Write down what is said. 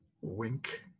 Wink